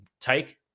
take